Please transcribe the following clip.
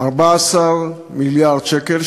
14 מיליארד שקל,